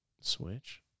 Switch